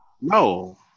no